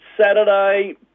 Saturday